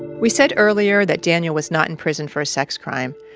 we said earlier that daniel was not in prison for a sex crime,